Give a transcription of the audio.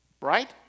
right